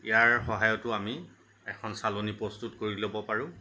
ইয়াৰ সহায়তো আমি এখন চালনী প্ৰস্তুত কৰি ল'ব পাৰোঁ